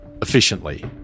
efficiently